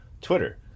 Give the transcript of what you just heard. Twitter